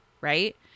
right